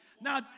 Now